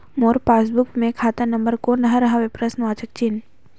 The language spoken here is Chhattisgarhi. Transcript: मोर पासबुक मे खाता नम्बर कोन हर हवे?